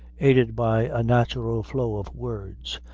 aided by a natural flow of words,